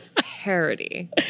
parody